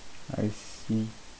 I see